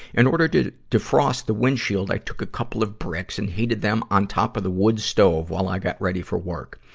in order to defrost the windshield, i took a couple of bricks and heated them on top of the wood stove while i got ready for work.